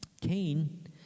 Cain